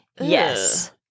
Yes